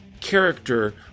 character